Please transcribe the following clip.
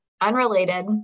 unrelated